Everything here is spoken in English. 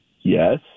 Yes